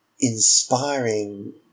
inspiring